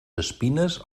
espines